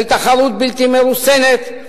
של תחרות בלתי מרוסנת,